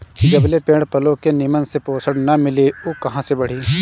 जबले पेड़ पलो के निमन से पोषण ना मिली उ कहां से बढ़ी